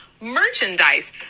merchandise